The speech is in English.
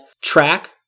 track